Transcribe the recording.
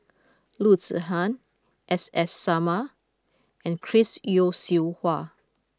Loo Zihan S S Sarma and Chris Yeo Siew Hua